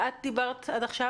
אבל את רוצה לתת לי נתון אחר ממה